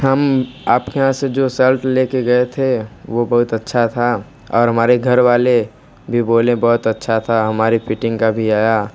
हम आप के यहाँ से जो सल्ट ले के गए थे वो बहुत अच्छा था और हमारे घर वाले भी बोले बहुत अच्छा था हमारे फिटिंग का भी आया